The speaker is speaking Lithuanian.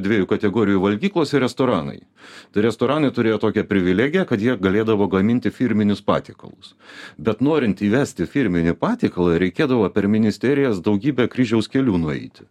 dviejų kategorijų valgyklos ir restoranai tai restoranai turėjo tokią privilegiją kad jie galėdavo gaminti firminius patiekalus bet norint įvesti firminį patiekalą reikėdavo per ministerijas daugybę kryžiaus kelių nueiti